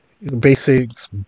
Basics